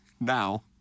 now